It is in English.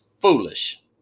foolish